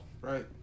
Right